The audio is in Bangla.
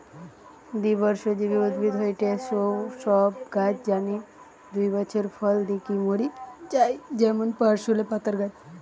দ্বিবর্ষজীবী উদ্ভিদ হয়ঠে সৌ সব গাছ যানে দুই বছর ফল দিকি মরি যায় যেমন পার্সলে পাতার গাছ